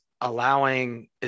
allowing